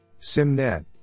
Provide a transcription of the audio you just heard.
Simnet